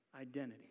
identity